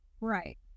Right